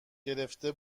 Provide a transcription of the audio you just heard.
گرفته